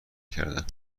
کردن